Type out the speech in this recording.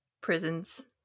prisons